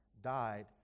died